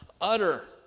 utter